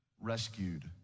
rescued